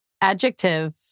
Adjective